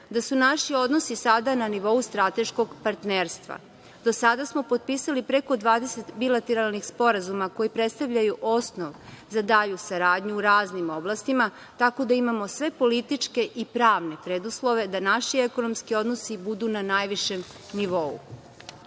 da su naši odnosi sada na nivou strateškog partnerstva. Do sada smo potpisali preko 20 bilateralnih sporazuma koji predstavljaju osnov za dalju saradnju u raznim oblastima, tako da imamo sve političke i pravne preduslove da naši ekonomski odnosi budu na najvišem